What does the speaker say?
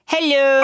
Hello